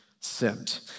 sent